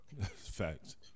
Facts